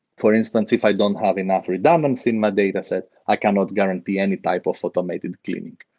for instance, if i don't have enough redundancy in my dataset, i cannot guarantee any type of automated cleaning.